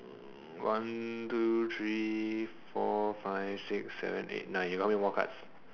one two three four five six seven eight nine you got how many more cards